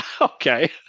Okay